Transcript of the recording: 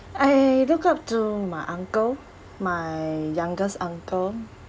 I look up to my uncle my youngest uncle